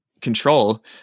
control